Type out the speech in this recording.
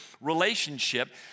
relationship